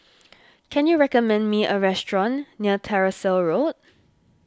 can you recommend me a restaurant near Tyersall Road